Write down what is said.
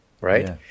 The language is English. right